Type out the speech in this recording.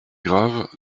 grave